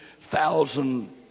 thousand